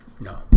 no